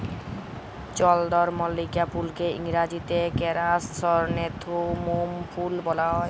চলদরমল্লিকা ফুলকে ইংরাজিতে কেরাসনেথেমুম ফুল ব্যলা হ্যয়